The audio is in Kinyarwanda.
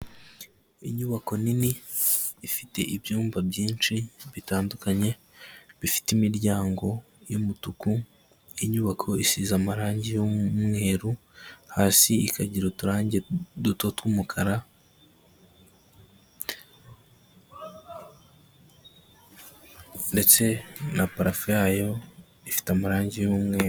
Inyubako nini ifite ibyumba byinshi bitandukanye bifite imiryango y'umutuku inyubako isize amarangi y'umweru hasi ikagira uturangi duto tw'umukara ndetse na parafo yayo ifite amarangi y'umweru.